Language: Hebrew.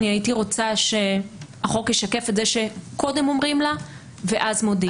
הייתי רוצה שהחוק ישקף את זה שקודם אומרים לה ואז מודיעים.